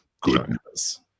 goodness